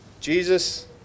Jesus